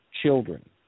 children